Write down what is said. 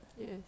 Yes